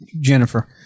Jennifer